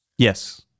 yes